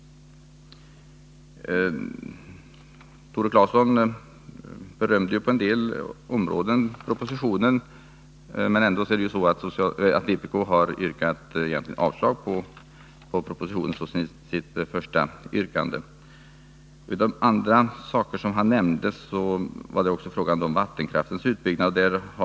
Tore Claeson berömde på en hel del områden propositionen, men vpk har som första yrkande yrkat avslag på propositionen. Tore Claeson nämnde i sitt anförande bl.a. vattenkraftens utbyggnad.